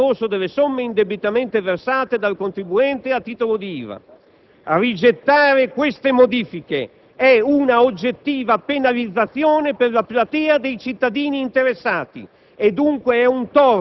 di ottenimento del rimborso delle somme indebitamente versate dal contribuente a titolo di IVA. Rigettare queste modifiche rappresenta un'oggettiva penalizzazione per la platea dei cittadini interessati